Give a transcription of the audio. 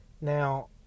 Now